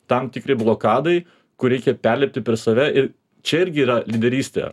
tam tikri blokadai kur reikia perlipti per save ir čia irgi yra lyderystė